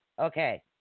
Okay